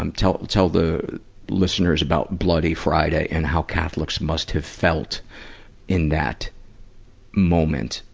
um tell, tell the listeners about bloody friday, and how catholics must have felt in that moment.